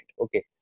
Okay